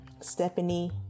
Stephanie